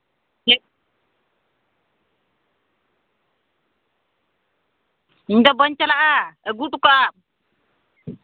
ᱤᱧ ᱫᱚ ᱵᱟᱹᱧ ᱪᱟᱞᱟᱜᱼᱟ ᱟᱹᱜᱩ ᱦᱚᱴᱚ ᱠᱟᱜᱼᱟᱢ